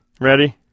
Ready